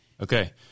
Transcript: Okay